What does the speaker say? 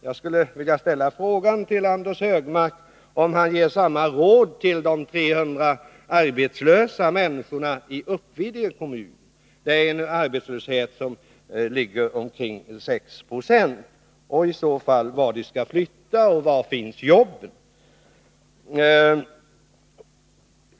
Jag skulle vilja fråga Anders Högmark om han ger samma råd till de 300 arbetslösa människorna i Uppvidinge kommun — där arbetslösheten är omkring 6 20. Vart skall de i så fall flytta, och var finns jobben?